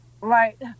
Right